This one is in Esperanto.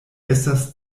estas